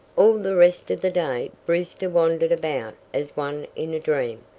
all the rest of the day brewster wandered about as one in a dream.